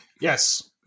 Yes